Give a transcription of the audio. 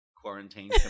quarantine